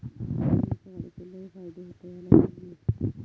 धान्याच्या गाडीचो लय फायदो होता ह्या लक्षात घे